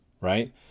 right